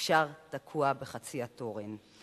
נשאר תקוע בחצי התורן.